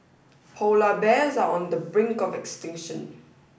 polar bears are on the brink of extinction